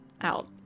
out